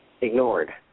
ignored